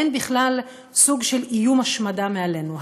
אין בכלל סוג של איום השמדה מעלינו.